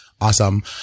Awesome